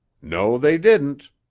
no they didn't,